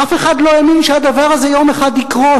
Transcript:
אף אחד לא האמין שהדבר הזה יום אחד יקרוס,